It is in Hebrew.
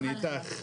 אני איתך.